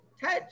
touch